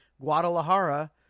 guadalajara